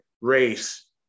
race